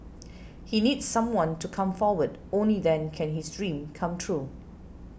he needs someone to come forward only then can his dream come true